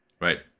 Right